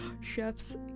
chef's